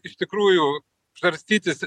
iš tikrųjų žarstytis